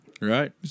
Right